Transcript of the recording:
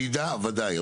ודאי,